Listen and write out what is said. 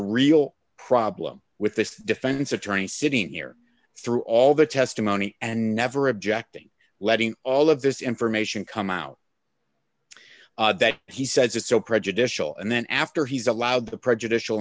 real problem with this defense attorney sitting here through all the testimony and never objecting letting all of this information come out that he says is so prejudicial and then after he's allowed the prejudicial